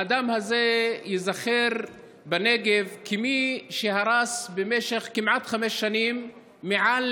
האדם הזה ייזכר בנגב כמי שהרס במשך כמעט חמש שנים מעל